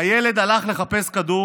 הילד הלך לחפש כדור